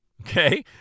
Okay